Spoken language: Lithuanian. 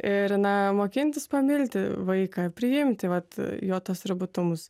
ir na mokintis pamilti vaiką priimti vat jo tuos ribotumus